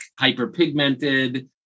hyperpigmented